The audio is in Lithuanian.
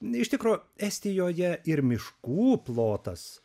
n iš tikro estijoje ir miškų plotas